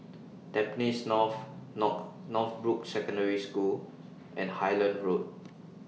Tampines North North Northbrooks Secondary School and Highland Road